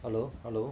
hello hello